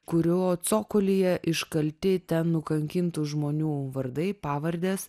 kurio cokolyje iškalti ten nukankintų žmonių vardai pavardės